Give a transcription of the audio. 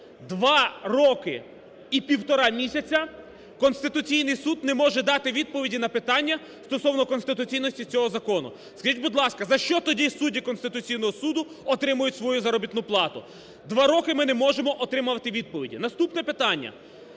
Два роки і півтора місяці Конституційний Суд не може дати відповіді на питання стосовно конституційності цього закону. Скажіть, будь ласка, за що тоді судді Конституційного Суду отримують свою заробітну плату? Два роки ми не можемо отримати відповіді. Наступне питання.